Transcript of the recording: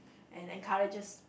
and encourages